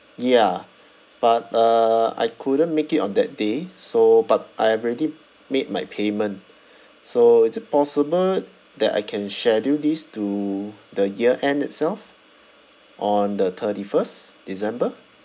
ya but uh I couldn't make it on that day so but I already made my payment so is it possible that I can schedule this to the year end itself on the thirty first december